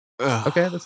Okay